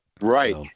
Right